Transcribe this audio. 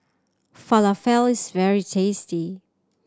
falafel is very tasty